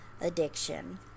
addiction